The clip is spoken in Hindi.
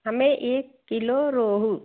हमें एक किलो रोहू